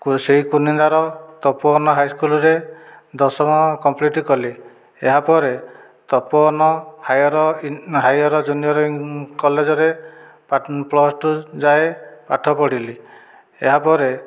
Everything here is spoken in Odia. ସେଇ କୁନିନ୍ଦାର ତପୋବନ ହାଇସ୍କୁଲ୍ରେ ଦଶମ କମ୍ପ୍ଲିଟ୍ କଲି ଏହାପରେ ତପୋବନ ହାୟର୍ ହାୟର୍ ଜୁନିଅର୍ କଲେଜ୍ରେ ପ୍ଲସ୍ ଟୁ ଯାଏଁ ପାଠ ପଢ଼ିଲି ଏହାପରେ